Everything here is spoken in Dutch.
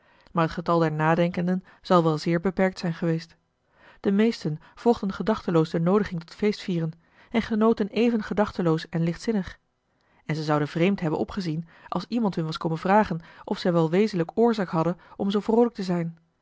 maar het getal der nadenkenden zal wel zeer beperkt zijn geweest de meesten volgden gedachteloos de noodiging tot feestvieren en genoten even gedachteloos en lichtzinnig en ze zouden vreemd hebben opgezien als iemand hen was komen vragen of zij wel wezenlijk oorzaak hadden om zoo vroolijk te zijn